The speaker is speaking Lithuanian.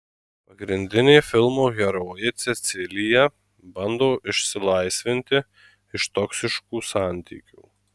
pagrindinė filmo herojė cecilija bando išsilaisvinti iš toksiškų santykių